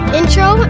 intro